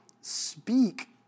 speak